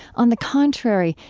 on the contrary,